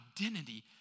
identity